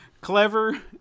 clever